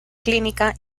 clínica